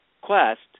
quest